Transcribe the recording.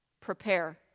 prepare